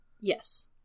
Yes